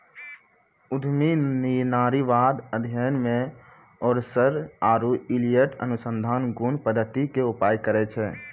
उद्यमी नारीवाद अध्ययन मे ओरसर आरु इलियट अनुसंधान गुण पद्धति के उपयोग करै छै